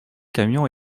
camion